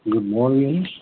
good morning